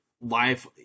life